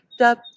up